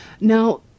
Now